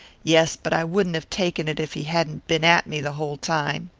yes, but i wouldn't have taken it if he hadn't been at me the whole time.